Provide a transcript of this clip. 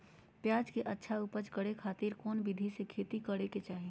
प्याज के अच्छा उपज करे खातिर कौन विधि से खेती करे के चाही?